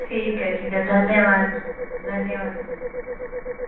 ठीकु आहे ठीकु आहे धन्यवादु धन्यवादु